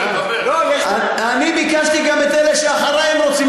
אני ביקשתי גם את אלה שאחרי, אם רוצים.